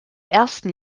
ersten